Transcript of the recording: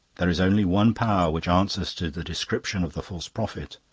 there is only one power which answers to the description of the false prophet,